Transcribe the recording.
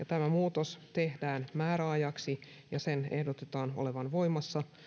tämä muutos tehdään määräajaksi ja sen ehdotetaan olevan voimassa